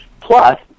Plus